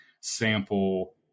sample